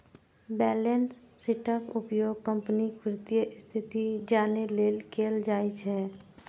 balance शीटक उपयोग कंपनीक वित्तीय स्थिति जानै लेल कैल जाइ छै